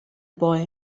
boy